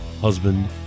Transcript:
husband